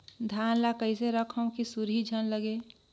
धान ल कइसे रखव कि सुरही झन लगे?